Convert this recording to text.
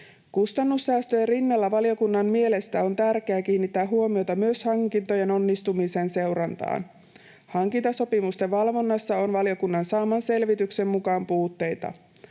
Kustannussäästöjen rinnalla valiokunnan mielestä on tärkeää kiinnittää huomiota hankintojen onnistumisen seurantaan. Hankintasopimusten valvonnassa on valiokunnan saaman selvityksen mukaan puutteita.